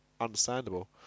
understandable